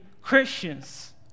Christians